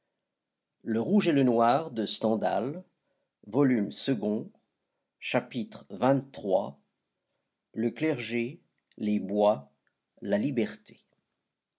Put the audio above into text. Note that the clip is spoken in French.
chapitre xxiii le clergé les bois la liberté